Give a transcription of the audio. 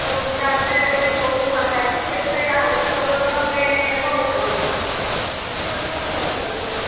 गोबोरखि गारनोसै मोसौ गायखेर सेरनोसै आंहा न' सिङावनो दामब्ले मावबाय थानांगौ एसेबो टाउनफ्राव लिंलांला